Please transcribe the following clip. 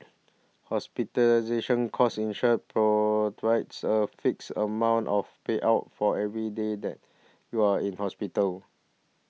hospital provides a fixed amount of payout for every day that you are in hospital